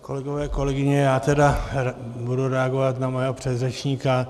Kolegové, kolegyně, já tedy budu reagovat na mého předřečníka.